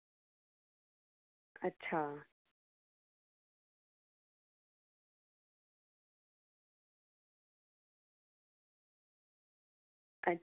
अच्छा